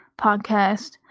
podcast